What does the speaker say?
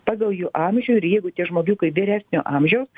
pagal jų amžių ir jeigu tie žmogiukai vyresnio amžiaus